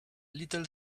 little